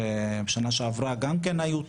שנה שעברה גם כן היו,